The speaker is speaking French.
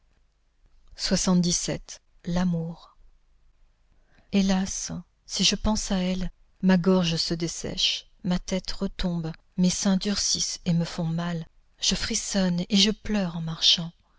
l'amour hélas si je pense à elle ma gorge se dessèche ma tête retombe mes seins durcissent et me font mal je frissonne et je pleure en marchant